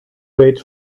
wait